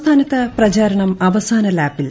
സംസ്ഥാനത്ത് പ്രചാരണം അവസാന ലാപ്പിൽ